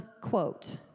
quote